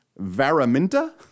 Varaminta